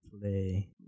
play